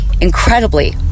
incredibly